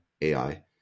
AI